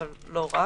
אבל לא רק,